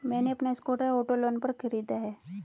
मैने अपना scooter auto loan पर खरीदा है